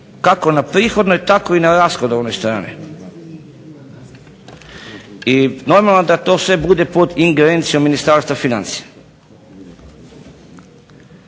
kako na prihodovnoj tako i na rashodovnoj strani. I normalno da to sve bude pod ingerencijom Ministarstva financija.